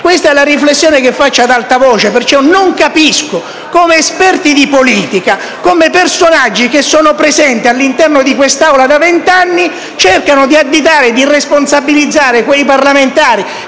Questa è la riflessione che faccio ad alta voce. Perciò non capisco come esperti di politica, personaggi presenti all'interno di quest'Aula da vent'anni, cerchino di additare, di responsabilizzare quei parlamentari